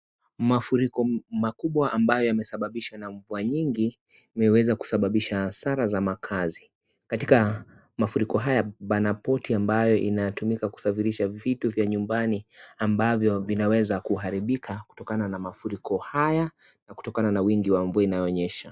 Mafuriko makubwa ambayo yamesababishwa na mvua nyingi imeweza kusababisha hasara za makazi. Katika mafuriko haya, pana boti ambayo inatumika kusafirisha vitu vya nyumbani ambavyo vinaweza kuharibika kutokana na mafuriko haya na kutokana na wingi wa mvua inayonyesha.